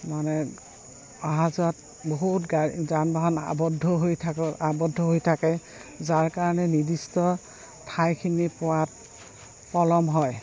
মানে অহা যোৱাত বহুত গাড়ী যান বাহন আবদ্ধ হৈ থাক আবদ্ধ হৈ থাকে যাৰ কাৰণে নিৰ্দিষ্ট ঠাইখিনি পোৱাত পলম হয়